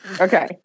Okay